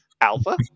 Alpha